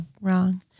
Wrong